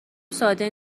ساده